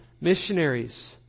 missionaries